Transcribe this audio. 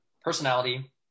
personality